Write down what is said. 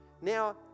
Now